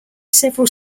several